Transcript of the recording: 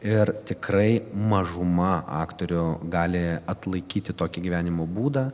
ir tikrai mažuma aktorių gali atlaikyti tokį gyvenimo būdą